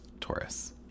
Taurus